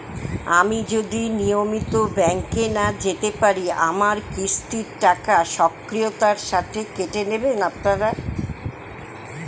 আমি যদি নিয়মিত ব্যংকে না যেতে পারি আমার কিস্তির টাকা স্বকীয়তার সাথে কেটে নেবেন আপনারা?